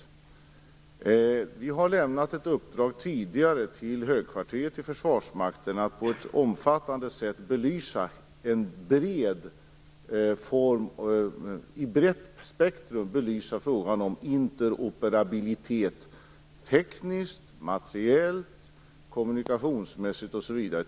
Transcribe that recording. Regeringen har tidigare lämnat ett uppdrag till högkvarteret i Försvarsmakten att på ett omfattande sätt och i ett brett spektrum belysa frågan om interoperabilitet - tekniskt, materiellt, kommunikationsmässigt osv.